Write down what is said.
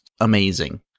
amazing